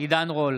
עידן רול,